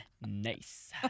Nice